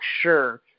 sure